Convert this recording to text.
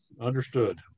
understood